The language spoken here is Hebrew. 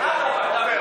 אדרבה,